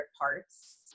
parts